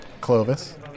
Clovis